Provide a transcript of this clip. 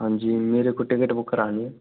हाँ जी मेरे को टिकट बुक करानी है